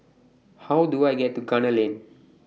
How Do I get to Gunner Lane